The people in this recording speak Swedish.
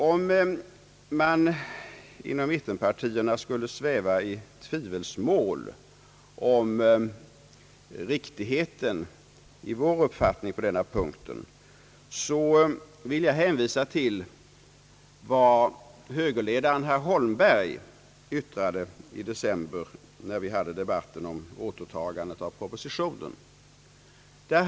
Om man inom mittenpartierna skulle sväva i tvivelsmål om riktigheten i vår uppfattning på denna punkt, vill jag hänvisa till vad högerledaren herr Holmberg yttrade i december när vi debatterade återtagandet av propositionen.